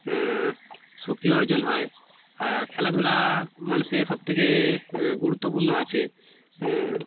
শক্তি অর্জন হয় আর খেলাধুলা মানুষের সবথেকে গুরুত্বপূর্ণ আছে